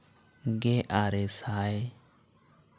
ᱜᱮ ᱟᱨᱮ ᱥᱟᱭ